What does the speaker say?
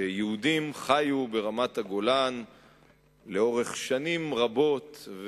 שיהודים חיו ברמת-הגולן לאורך שנים רבות,